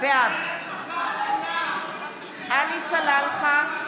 בעד עלי סלאלחה,